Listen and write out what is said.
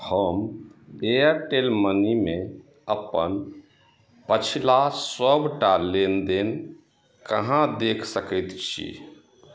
हम एयरटेलमनीमे अपन पछिला सबटा लेनदेन कहाँ देखि सकैत छी